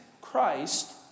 Christ